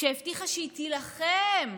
שהבטיחה שהיא תילחם?